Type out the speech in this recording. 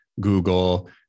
Google